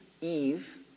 Eve